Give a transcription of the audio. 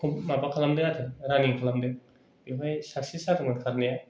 माबा खालामदों आरो राननिं खालामहैदों बिनिफ्राय साक्सेस जादोंमोन खारनाया